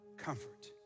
comfort